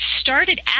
started